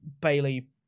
bailey